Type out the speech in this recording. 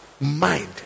mind